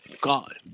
God